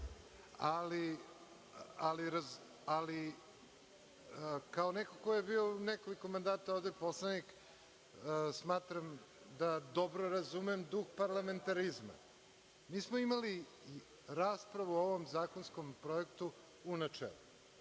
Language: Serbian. ali kao neko ko je bio u nekoliko mandata ovde poslanik, smatram da dobro razumem duh parlamentarizma. Imali smo raspravu o ovom zakonskom projektu u načelu.